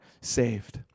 saved